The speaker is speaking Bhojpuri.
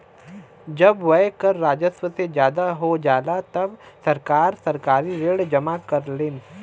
जब व्यय कर राजस्व से ज्यादा हो जाला तब सरकार सरकारी ऋण जमा करलीन